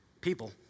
people